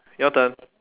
your turn